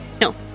No